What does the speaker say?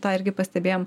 tą irgi pastebėjom